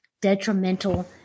detrimental